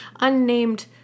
unnamed